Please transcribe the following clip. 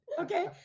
Okay